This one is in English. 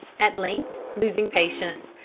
at length, losing patience,